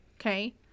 okay